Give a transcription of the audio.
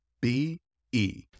B-E